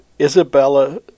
Isabella